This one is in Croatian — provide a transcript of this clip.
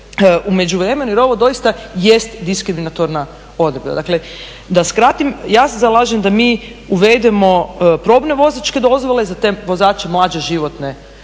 međuvremenu, jer ovo doista jest diskriminatorna odredba. Dakle, da skratim, ja se zalažem da mi uvedemo probne vozačke dozvole za te vozače mlađe životne dobi